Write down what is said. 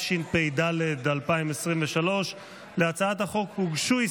בן ארי, או שלא צריך?